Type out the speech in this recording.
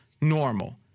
normal